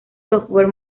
software